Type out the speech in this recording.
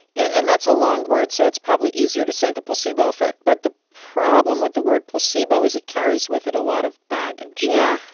and that's a long word, so it's probably easier to say the placebo effect. but the problem with the word placebo is it carries with it a lot of baggage yeah.